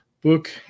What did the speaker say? book